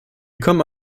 kommen